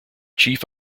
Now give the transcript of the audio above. chief